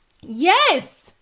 Yes